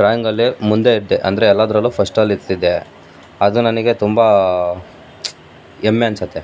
ಡ್ರಾಯಿಂಗಲ್ಲಿ ಮುಂದೆ ಇದ್ದೆ ಅಂದರೆ ಎಲ್ಲದರಲ್ಲೂ ಫಸ್ಟಲ್ಲಿ ಇರ್ತಿದ್ದೆ ಅದು ನನಗೆ ತುಂಬ ಹೆಮ್ಮೆ ಅನ್ಸುತ್ತೆ